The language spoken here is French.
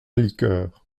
liqueur